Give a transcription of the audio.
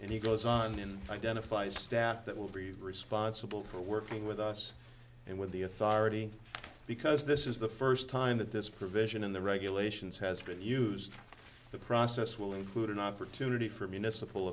and he goes on in identifies a stat that will be responsible for working with us and with the authority because this is the first time that this provision in the regulations has been used the process will include an opportunity for municipal